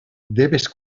debes